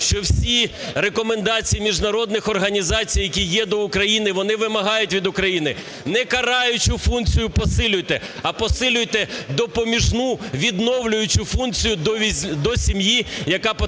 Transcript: що всі рекомендації міжнародних організацій, які є до України, вони вимагають від України: не караючу функцію посилюйте, а посилюйте допоміжну, відновлюючу функцію до сім'ї, яка потрапила